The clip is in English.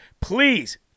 Please